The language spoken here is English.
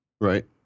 Right